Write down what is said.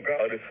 God